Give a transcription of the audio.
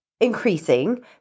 Increasing